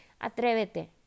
atrévete